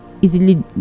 Easily